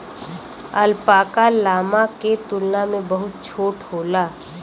alpaca, llama के तुलना में बहुत छोट होला